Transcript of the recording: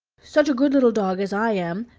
such a good little dog as i am,